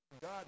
God